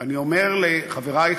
ואני אומר לחברי,